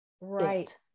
Right